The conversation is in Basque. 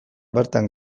bertan